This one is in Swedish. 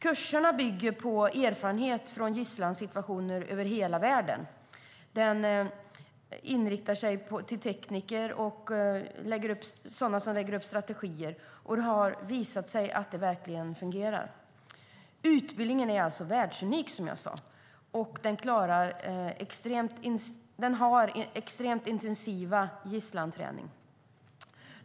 Kurserna bygger på erfarenhet från gisslansituationer över hela världen och inriktar sig till tekniker och till dem som lägger upp strategier. Det har visat sig att det verkligen fungerar. Utbildningen är alltså världsunik. Den har extremt intensiv gisslanträning.